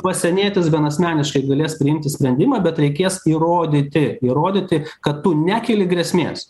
pasienietis vienasmeniškai galės priimti sprendimą bet reikės įrodyti įrodyti kad tu nekeli grėsmės